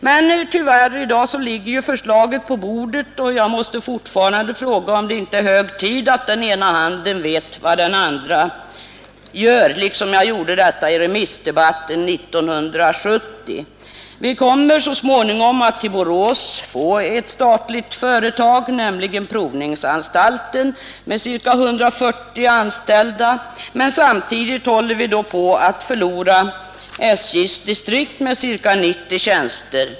Men tyvärr, i dag ligger förslaget på bordet, och jag måste fortfarande fråga, om det inte är hög tid att den ena handen vet vad den andra gör, liksom jag gjorde i remissdebatten 1970. Vi kommer så småningom att till Borås få ett statligt företag, nämligen provningsanstalten med ca 140 anställda. Samtidigt håller vi på att förlora SJ:s distriktsorganisation med ca 90 tjänster.